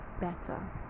better